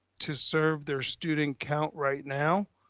to serve their student count right now?